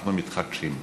אנחנו מתחדשים.